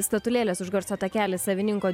statulėlės už garso takelį savininko